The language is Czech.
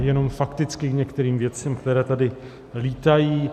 Jenom fakticky k některým věcem, které tady lítají.